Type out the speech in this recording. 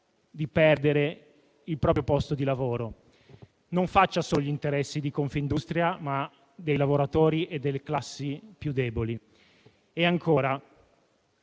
di perdere il proprio posto di lavoro. Non faccia solo gli interessi di Confindustria, ma anche dei lavoratori e delle classi più deboli. Lei ha